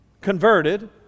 converted